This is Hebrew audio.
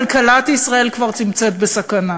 כלכלת ישראל כבר נמצאת בסכנה.